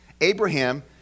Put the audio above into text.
Abraham